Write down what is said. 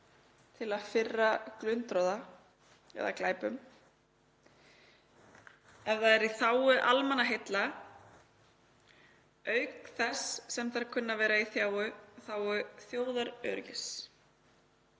til að firra glundroða eða glæpum, ef það er í þágu almannaheilla auk þess sem þær kunna að vera í þágu þjóðaröryggis.